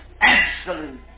absolute